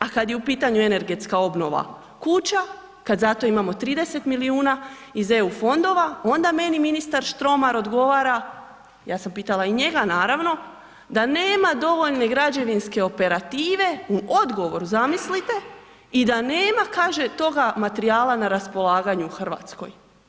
A kad je u pitanju energetska obnova kuća, kad za to imamo 30 milijuna iz EU fondova, onda meni ministar Štromar odgovara, ja sam pitala i njega, naravno, da nema dovoljne građevinske operative, u odgovoru, zamislite i da nema, kaže, toga materijala na raspolaganju u Hrvatskoj.